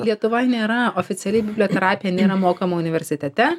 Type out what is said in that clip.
lietuvoj nėra oficialiai biblioterapija nėra mokoma universitete